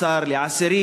18 באוקטובר,